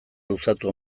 luzatu